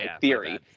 theory